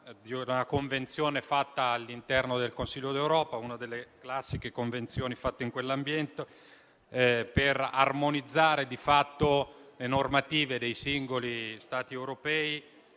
di una convenzione fatta all'interno del Consiglio d'Europa, una delle classiche convenzioni fatte in quell'ambiente, per armonizzare di fatto le normative dei singoli Stati europei.